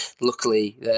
luckily